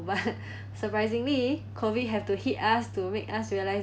but surprisingly COVID have to hit us to make us realise